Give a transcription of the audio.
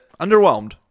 Underwhelmed